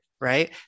right